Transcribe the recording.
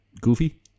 Goofy